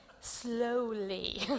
slowly